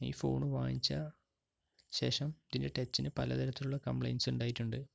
ഈ ഫോൺ വാങ്ങിച്ച ശേഷം ഇതിൻ്റെ ടച്ചിന് പല തരത്തിലുള്ള കംപ്ലൈന്റ് സ് ഉണ്ടായിട്ടുണ്ട്